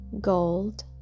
gold